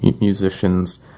musician's